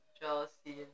jealousy